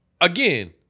Again